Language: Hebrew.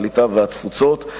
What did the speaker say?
הקליטה והתפוצות,